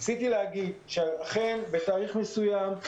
רציתי להגיד שהחל מתאריך מסוים,